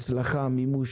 הצלחה ומימוש,